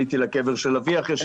ועליתי לקבר של אבי אחרי שבוע.